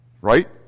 right